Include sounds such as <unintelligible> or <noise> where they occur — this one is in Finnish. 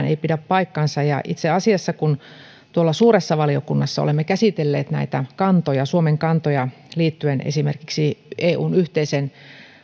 <unintelligible> ei pidä paikkaansa itse asiassa kun tuolla suuressa valiokunnassa olemme käsitelleet näitä suomen kantoja liittyen esimerkiksi eun yhteiseen